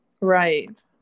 right